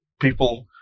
people